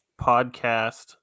podcast